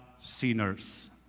sinners